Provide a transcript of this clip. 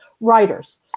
writers